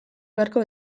beharko